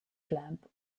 clamp